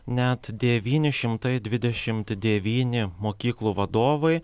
net devyni šimtai dvidešimt devyni mokyklų vadovai